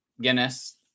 guinness